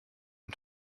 him